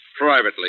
Privately